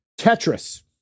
Tetris